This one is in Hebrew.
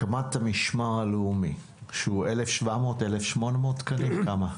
הקמת המשמר הלאומי, שהוא 1,700, 1800 תקנים, כמה?